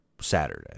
Saturday